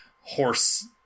horse